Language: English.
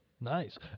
nice